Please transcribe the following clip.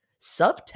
Subtext